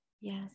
Yes